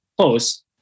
close